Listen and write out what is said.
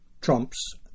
Trump's